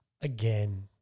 again